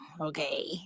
okay